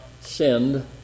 sinned